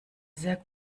sehr